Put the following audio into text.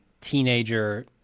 teenager